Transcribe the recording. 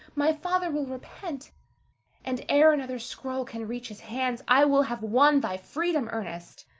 my father will repent and ere another scroll can reach his hands, i will have won thy freedom, ernest!